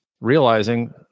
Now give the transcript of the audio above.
realizing